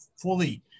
fully